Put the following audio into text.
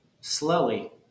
Slowly